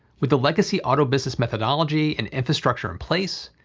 with the legacy auto business methodology and infrastructure in place,